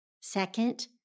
Second